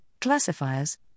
classifiers